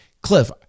Cliff